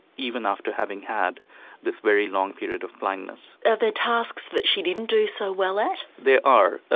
even after having had this very long period of blindness. are there tasks that she didn't do so well at? there are.